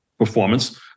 Performance